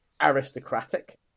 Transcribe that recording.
aristocratic